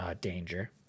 danger